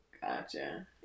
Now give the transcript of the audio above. Gotcha